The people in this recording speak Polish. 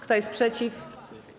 Kto jest przeciw?